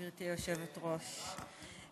גברתי היושבת-ראש.